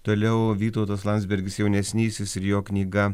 toliau vytautas landsbergis jaunesnysis ir jo knyga